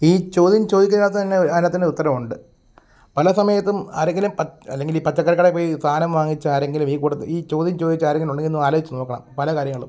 ഈ ചോദ്യം ചോദിക്കുവാണേൽ തന്നെ ഒ അതിനകത്ത് തന്നെ ഉത്തരമുണ്ട് പല സമയത്തും ആരെങ്കിലും പത് അല്ലെങ്കിൽ ഈ പച്ചക്കറിക്കടയിൽ പോയി സാധനം വാങ്ങിച്ചാരെങ്കിലും ഈ കൂട്ടത്തിൽ ഈ ചോദ്യം ചോദിച്ച ആരെങ്കിലും ഉണ്ടെങ്കിൽ ഒന്ന് ആലോചിച്ച് നോക്കണം പല കാര്യങ്ങളും